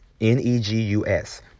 N-E-G-U-S